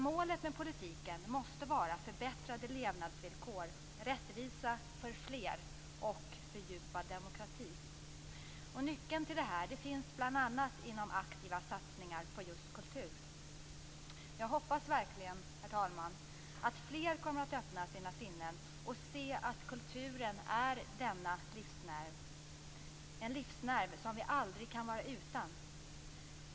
Målet med politiken måste vara förbättrade levnadsvillkor, rättvisa för fler och fördjupad demokrati. Nyckeln till detta finns bl.a. inom aktiva satsningar på just kultur. Jag hoppas verkligen, herr talman, att fler kommer att öppna sina sinnen och se att kulturen är en livsnerv vi aldrig kan vara utan.